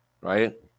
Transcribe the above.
right